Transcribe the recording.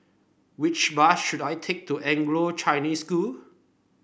which bus should I take to Anglo Chinese School